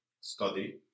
Study